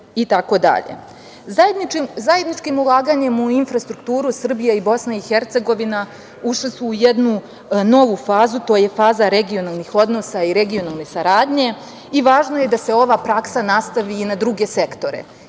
Zajedničkim ulaganjem u infrastrukturu Srbija i BiH ušle su u jednu novu fazu, a to je faza regionalnih odnosa i regionalne saradnje i važno je da se ova praksa nastavi i na druge sektore,